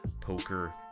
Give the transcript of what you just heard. poker